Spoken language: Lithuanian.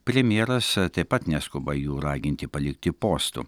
premjeras taip pat neskuba jų raginti palikti postų